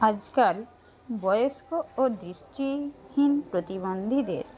আজকাল বয়স্ক ও দৃষ্টিহীন হীন প্রতিবন্ধীদের